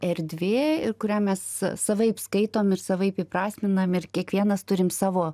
erdvė ir kurią mes savaip skaitom ir savaip įprasminam ir kiekvienas turim savo